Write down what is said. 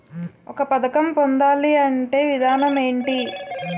ఒక పథకం పొందాలంటే విధానం ఏంటి?